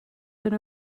been